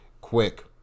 quick